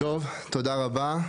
ב --- טוב, תודה רבה,